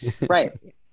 Right